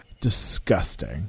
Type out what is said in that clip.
disgusting